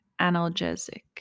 analgesic